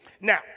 Now